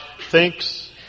thinks